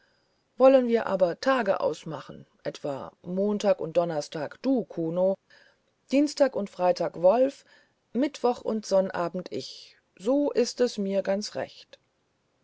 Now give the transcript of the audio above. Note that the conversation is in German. wollen wir aber tage ausmachen etwa montag und donnerstag du kuno dienstag und freitag wolf mittwoch und sonnabend ich so ist es mir ganz recht